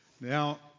Now